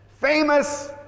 famous